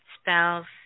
spells